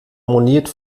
moniert